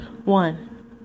One